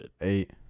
eight